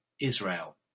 Israel